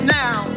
now